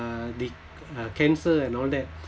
uh the uh cancer and all that